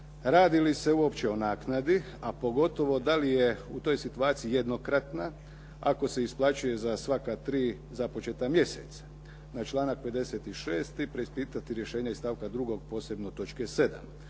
radi li se uopće o naknadi, a pogotovo da li je u toj situaciji jednokratna ako se isplaćuje za svaka tri započeta mjeseca. Na članak 56. preispitati rješenje iz stavka 2. posebno točke 7.